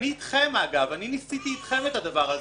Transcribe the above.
אני איתכם, אגב, אני ניסיתי איתכם את הדבר הזה.